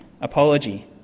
apology